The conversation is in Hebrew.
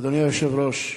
אדוני היושב-ראש,